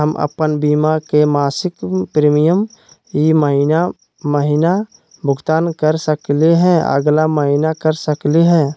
हम अप्पन बीमा के मासिक प्रीमियम ई महीना महिना भुगतान कर सकली हे, अगला महीना कर सकली हई?